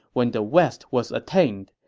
when the west was attained,